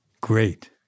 Great